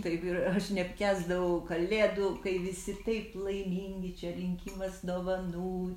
taip ir aš neapkęsdavau kalėdų kai visi taip laimingi čia rinkimas dovanų